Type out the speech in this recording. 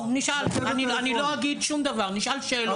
אני לא אגיד שום דבר, נשאל שאלות.